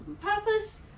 Purpose